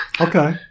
Okay